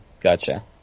Gotcha